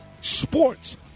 Sports